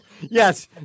Yes